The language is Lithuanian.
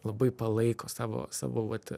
labai palaiko savo savo vat